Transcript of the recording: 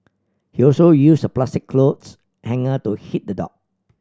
he also used a plastic clothes hanger to hit the dog